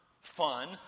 fun